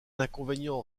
inconvénient